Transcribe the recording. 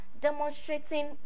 demonstrating